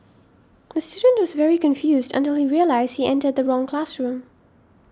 the student was very confused until he realised he entered the wrong classroom